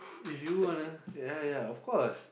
if you wana ya ya of course